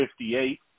58